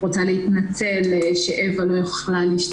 רוצה להתנצל שאווה לא יכלה להשתתף.